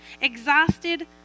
exhausted